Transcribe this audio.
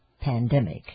pandemic